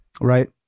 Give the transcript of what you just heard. Right